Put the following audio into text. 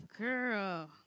Girl